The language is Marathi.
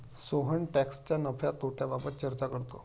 सोहन टॅक्सच्या नफ्या तोट्याबाबत चर्चा करतो